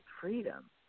freedom